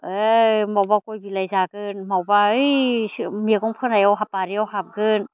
ऐ मावबा गय बिलाइ जागोन मावबा ऐ मैगं फोनायाव बारियाव हाबगोन